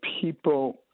people